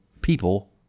people